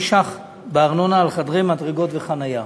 שקלים בארנונה על חדרי מדרגות וחניה",